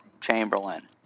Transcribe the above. Chamberlain